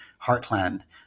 heartland